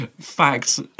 facts